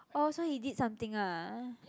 orh so he did something ah